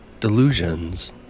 delusions